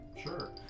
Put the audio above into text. Sure